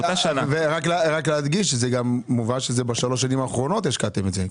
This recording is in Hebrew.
ורק להדגיש זה גם מובן שזה בשלוש השנים האחרונות השקעתם את זה,